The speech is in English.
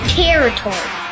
territory